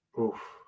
oof